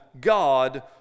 God